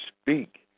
speak